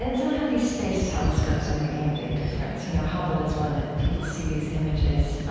and somehow these space telescopes are making a big difference. you know, hubble is one that people see these images.